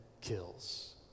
kills